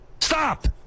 Stop